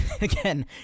again